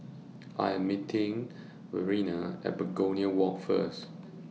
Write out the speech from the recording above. I Am meeting Verena At Begonia Walk First